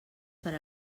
per